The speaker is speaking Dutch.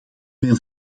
ben